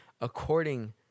According